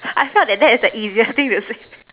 I felt that that is the easiest thing to say